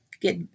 get